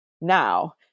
now